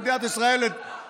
במדינה הזאת צריך בדיקה?